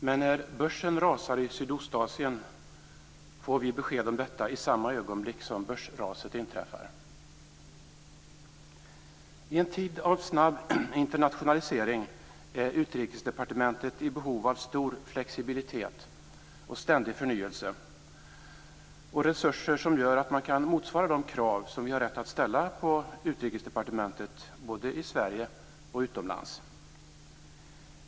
Men när börsen rasar i Sydostasien får vi besked om detta i samma ögonblick som börsraset inträffar. I en tid av snabb internationalisering är Utrikesdepartementet i behov av stor flexibilitet, ständig förnyelse och resurser som gör att man kan motsvara de krav som vi har rätt att ställa på Utrikesdepartementet både i Sverige och utomlands.